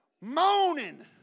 Moaning